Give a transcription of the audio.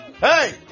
Hey